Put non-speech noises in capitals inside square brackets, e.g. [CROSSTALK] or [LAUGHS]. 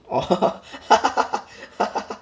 orh [LAUGHS]